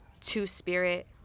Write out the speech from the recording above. two-spirit